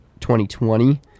2020